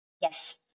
Yes